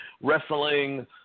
wrestling